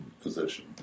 physician